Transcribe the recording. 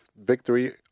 victory